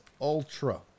Ultra